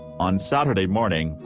on saturday morning,